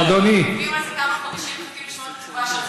עובדים על זה כמה חודשים ומחכים לשמוע את התשובה שלך.